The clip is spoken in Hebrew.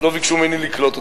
לא ביקשו ממני לקלוט אותם.